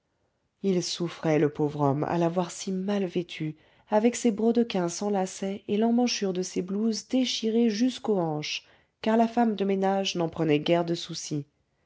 il souffrait le pauvre homme à la voir si mal vêtue avec ses brodequins sans lacet et l'emmanchure de ses blouses déchirée jusqu'aux hanches car la femme de ménage n'en prenait guère de souci